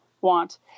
want